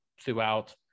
throughout